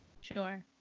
Sure